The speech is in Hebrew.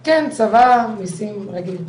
כן, צבא, מיסים, רגיל.